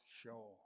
show